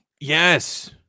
yes